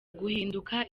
guhinduka